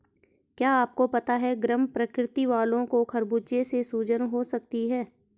क्या आपको पता है गर्म प्रकृति वालो को खरबूजे से सूजन हो सकती है?